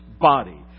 body